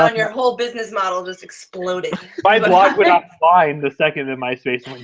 um your whole business model just exploded. my blog went offline the second that myspace